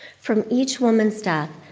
from each woman's death,